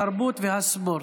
התרבות והספורט.